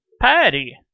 Patty